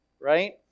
Right